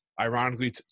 Ironically